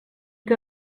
que